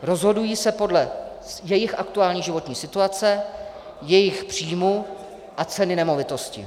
Rozhodují se podle své aktuální životní situace, svých příjmů a ceny nemovitosti.